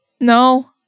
No